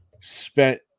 spent